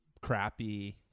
crappy